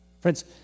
Friends